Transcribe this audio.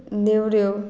नेवऱ्यो